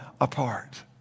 apart